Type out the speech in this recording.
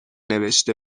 نوشته